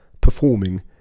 performing